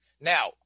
Now